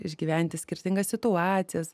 išgyventi skirtingas situacijas